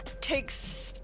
takes